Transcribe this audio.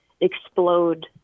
explode